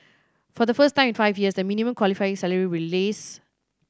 for the first time in five years the minimum qualifying salary will lease